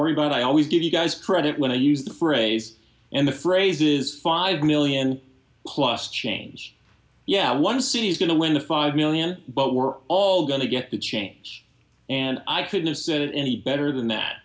worry about i always give you guys credit when i use the phrase and the phrase is five million plus change yeah one c is going to win a five million but we're all going to get a change and i couldn't have said it any better than that